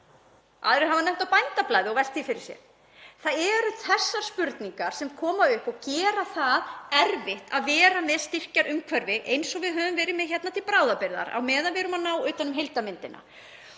Það eru þessar spurningar sem koma upp og gera það erfitt að vera með styrkjaumhverfi eins og við höfum verið með til bráðabirgða á meðan við erum að ná utan um heildarmyndina.